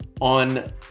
on